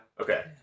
Okay